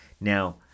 Now